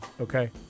Okay